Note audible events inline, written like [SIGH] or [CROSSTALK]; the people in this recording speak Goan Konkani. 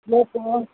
[UNINTELLIGIBLE]